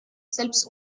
selbst